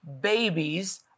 babies